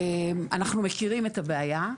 אנחנו מכירים את הבעיה.